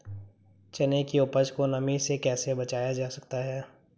चने की उपज को नमी से कैसे बचाया जा सकता है?